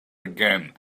again